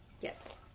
Yes